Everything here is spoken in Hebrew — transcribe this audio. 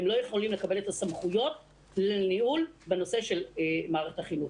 הם לא יכולים לקבל את הסמכויות לניהול בנושא של מערכת החינוך.